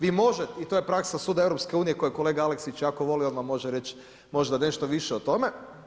Vi možete i to je praksa suda EU-a koje kolega Aleksić jako voli, on vam može reći možda nešto više o tome.